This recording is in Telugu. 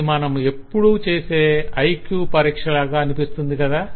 ఇది మనం ఎప్పుడూ చేసే IQ పరీక్షలాగా అనిపిస్తుంది కదా